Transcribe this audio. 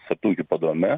sartų hipodrome